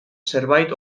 zerbait